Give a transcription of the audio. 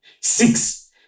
Six